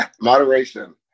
Moderation